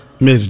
Miss